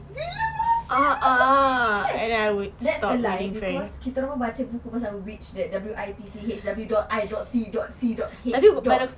bila masa I freaking lie that's a lie because kita orang baca buku pasal witch that W I T C H W dot I dot T dot C dot H dot